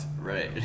right